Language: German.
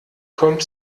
kommt